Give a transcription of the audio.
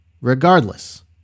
regardless